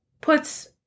Puts